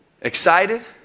Excited